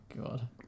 God